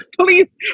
please